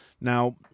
Now